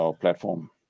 platform